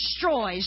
destroys